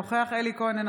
אינו נוכח אלי כהן,